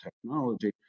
technology